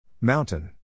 Mountain